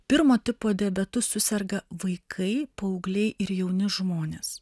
pirmo tipo diabetu suserga vaikai paaugliai ir jauni žmonės